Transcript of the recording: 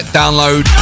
download